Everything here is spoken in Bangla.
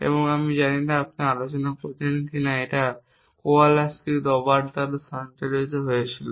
এবং আমি জানি না আমরা আলোচনা করেছি কিনা এটা কোয়ালস্কি রবার্ট দ্বারা সঞ্চালিত হয়েছিল